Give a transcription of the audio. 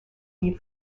leave